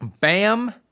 Bam